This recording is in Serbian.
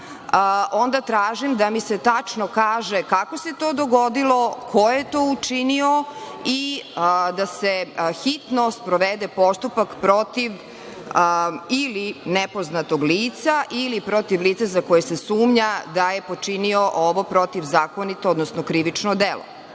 onda tražim da mi se tačno kaže kako se to dogodilo, ko je to učinio i da se hitno sprovede postupak protiv nepoznatog lica ili protiv lica za koje se sumnja da je počinilo ovo protivzakonito, odnosno krivično delo.